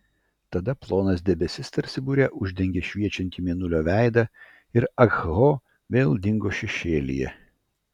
tada plonas debesis tarsi bure uždengė šviečiantį mėnulio veidą ir ah ho vėl dingo šešėlyje